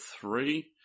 three